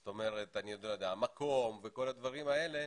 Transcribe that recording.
זאת אומרת מקום וכל הדברים האלה,